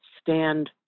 stand